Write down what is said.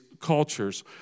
cultures